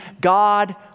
God